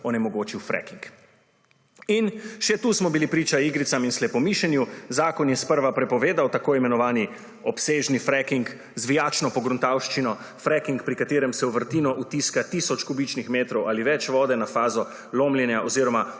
onemogočil fracking. In še tukaj smo bili priča igricam in slepomišenju, zakon je s prva prepovedal tako imenovani obsežni fracking z zvijačno pogruntavščino fracking pri katerem se v vrtino vtiska tisoč kubičnih metrov ali več vode na fazo lomljenja oziroma